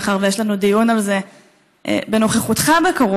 מאחר שיש לנו דיון על זה בנוכחותך בקרוב.